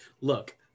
look